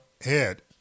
head